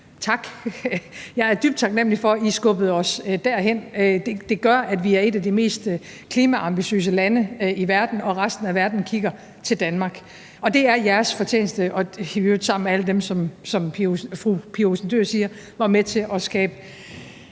tak. Jeg er dybt taknemlig for, at I skubbede os derhen. Det gør, at vi er et af de mest klimaambitiøse lande i verden, og at resten af verden kigger til Danmark. Det er jeres fortjeneste, i øvrigt sammen med alle dem, som fru Pia Olsen Dyhr siger var med til at skabe